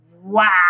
wow